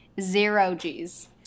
Zero-G's